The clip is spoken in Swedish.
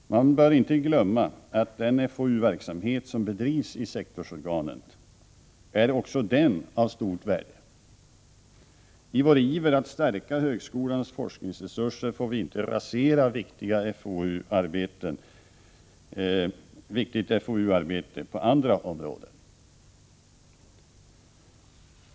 Man bör inte glömma att den FoU-verksamhet som bedrivs i sektorsorganen också den är av stort värde. I vår iver att stärka högskolans forskningsresurser får vi inte rasera viktigt FoU-arbete på andra områden.